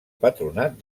patronat